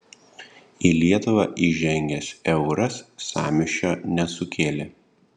į lietuvą įžengęs euras sąmyšio nesukėlė